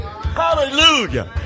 Hallelujah